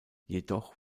jedoch